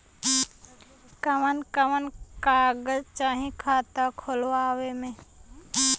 कवन कवन कागज चाही खाता खोलवावे मै?